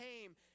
came